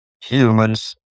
Humans